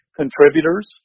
contributors